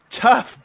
tough